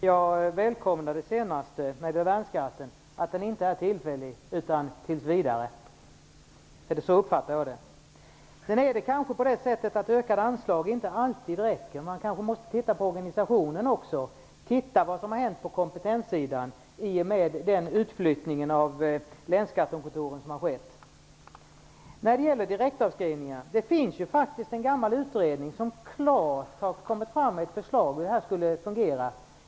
Herr talman! Jag välkomnar det sistnämnda, dvs. Så uppfattar jag detta. Ökade anslag räcker dock kanske inte alltid. Man måste kanske också titta på organisationen, titta på vad som hänt på kompetenssidan i och med den utflyttning av länsskattekontor som skett. När det gäller direktavskrivning finns det en gammal utredning där det klart finns förslag om hur det här kan fungera.